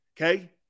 okay